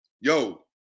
yo